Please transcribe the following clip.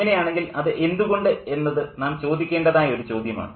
അങ്ങനെയാണെങ്കിൽ അത് എന്തുകൊണ്ട് എന്നത് നാം ചോദിക്കേണ്ടതായ ഒരു ചോദ്യമാണ്